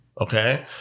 Okay